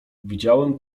widziałem